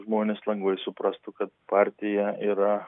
žmonės lengvai suprastų kad partija yra